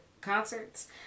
concerts